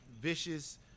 vicious